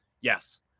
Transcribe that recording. Yes